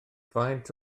faint